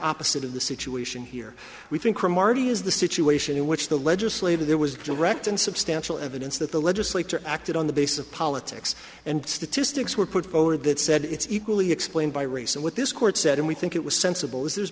opposite of the situation here we think remark is the situation in which the legislator there was direct and substantial evidence that the legislature acted on the basis of politics and statistics were put forward that said it's equally explained by race and what this court said and we think it was sensible this